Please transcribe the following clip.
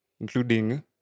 including